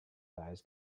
guys